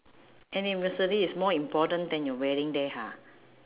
anniversary is more important than your wedding day ha